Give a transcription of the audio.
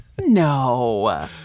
No